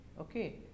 okay